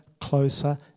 closer